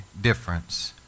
difference